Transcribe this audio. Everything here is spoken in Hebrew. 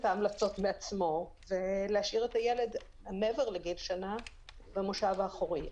ההמלצות בעצמו ולהשאיר את הילד מעבר לגיל שנה במושב האחורי.